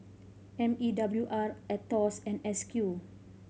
M E W R Aetos and S Q